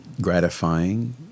gratifying